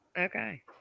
Okay